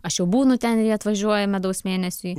aš jau būnu ten ir jie atvažiuoja medaus mėnesiui